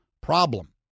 problem